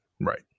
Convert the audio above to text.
Right